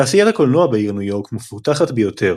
תעשיית הקולנוע בעיר ניו יורק מפותחת ביותר,